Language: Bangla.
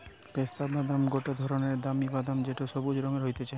পেস্তা বাদাম গটে ধরণের দামি বাদাম যেটো সবুজ রঙের হতিছে